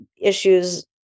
issues